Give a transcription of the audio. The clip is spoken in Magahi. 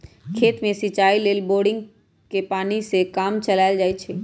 खेत में सिचाई लेल बोड़िंगके पानी से काम चलायल जाइ छइ